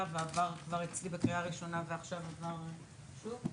ועבר כבר אצלי בקריאה ראשונה ועכשיו עבר שוב?